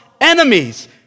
enemies